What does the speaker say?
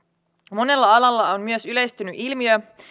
monella alalla on myös yleistynyt ilmiö